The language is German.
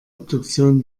obduktion